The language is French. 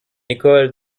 école